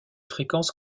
fréquences